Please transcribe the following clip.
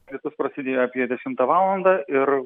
liūtis prasidėjo apie dešimtą valandą ir